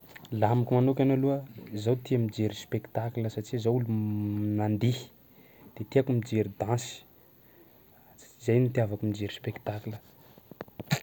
Laha amiko manokana aloha zao tia mijery spectacle satsia zao olo mandihy de tiako mijery dansy ts- zay ny itiavako mijery spectacle.